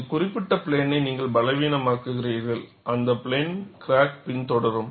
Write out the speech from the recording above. இந்த குறிப்பிட்ட பிளேனை நீங்கள் பலவீனமாக்குகிறீர்கள் அந்த பிளேன் கிராக் பின்தொடரும்